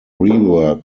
rework